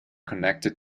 connected